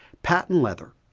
patent leather,